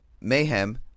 mayhem